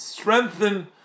Strengthen